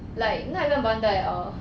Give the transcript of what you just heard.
like not even bonded at all